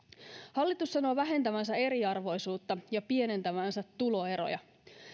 hallitus sanoo vähentävänsä eriarvoisuutta ja pienentävänsä tuloeroja